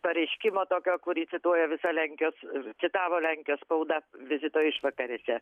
pareiškimo tokio kurį cituoja visa lenkijos citavo lenkijos spauda vizito išvakarėse